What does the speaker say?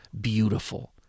beautiful